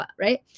right